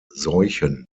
seuchen